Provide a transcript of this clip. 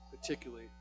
particularly